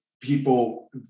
people